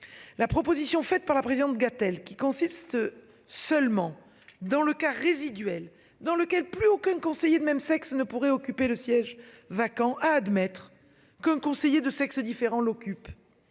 La proposition faite par la présidente Gatel qui consiste seulement dans le cas résiduels dans lequel plus aucun conseiller de même sexe ne pourrait occuper le siège vacant à admettre qu'un conseiller de sexe différent l'occupe.